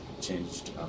changed